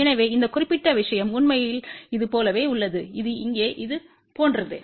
எனவே இந்த குறிப்பிட்ட விஷயம் உண்மையில் இது போலவே உள்ளது இது இங்கே இது போன்றது